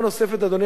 אדוני היושב-ראש,